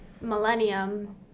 Millennium